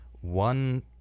one